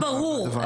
זה צריך להיות ברור.